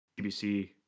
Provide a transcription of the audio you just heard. BBC